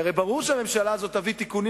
כי הרי ברור שהממשלה הזאת תביא תיקונים